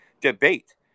debate